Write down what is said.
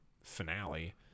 finale